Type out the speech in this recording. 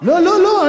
לא לא לא,